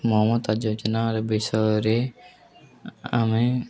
ମମତା ଯୋଜନା ବିଷୟରେ ଆମେ